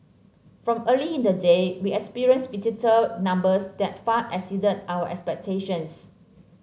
from early in the day we experienced visitor numbers that far exceeded our expectations